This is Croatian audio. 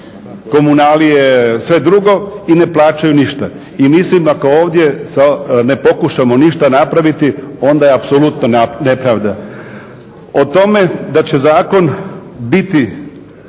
komunalije, sve drugo i ne plaćaju ništa. I mislim ako ovdje ne pokušamo ništa napraviti onda je apsolutna nepravda. O tome da će zakon biti